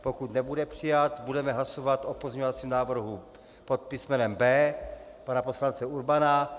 Pokud nebude přijat, budeme hlasovat o pozměňovacím návrhu pod písmenem B pana poslance Urbana.